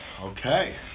Okay